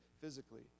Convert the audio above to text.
physically